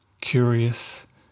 curious